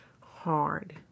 hard